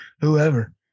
whoever